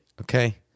okay